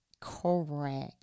correct